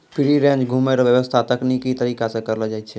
free range घुमै रो व्याबस्था तकनिकी तरीका से करलो जाय छै